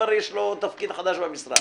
כבר יש לו תפקיד חדש במשרד.